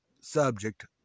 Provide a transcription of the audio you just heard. subject